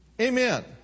Amen